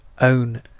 own